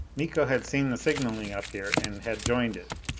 miko had seen the signaling up here and had joined it!